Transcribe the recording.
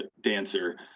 dancer